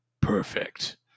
Perfect